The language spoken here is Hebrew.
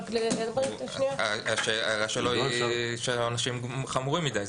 רק שהעונשים חמורים מדי.